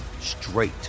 straight